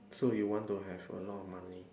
so you want to have a lot of money